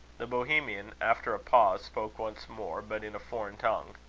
the bohemian, after a pause, spoke once more, but in a foreign tongue.